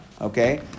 okay